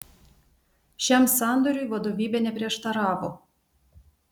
šiam sandoriui vadovybė neprieštaravo